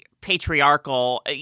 patriarchal